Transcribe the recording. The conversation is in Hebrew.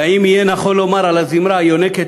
והאם יהיה נכון לומר על הזמרה היונקת